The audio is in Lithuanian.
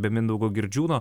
be mindaugo girdžiūno